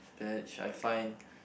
batch I find